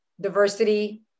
diversity